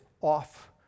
off